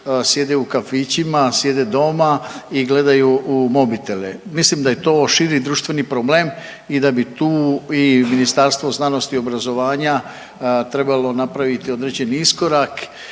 Sjede u kafićima, sjede doma i gledaju u mobitele. Mislim da je to širi društveni problem i da bi tu i Ministarstvo znanosti i obrazovanja trebalo napraviti određeni iskorak